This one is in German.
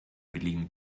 billigen